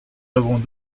avons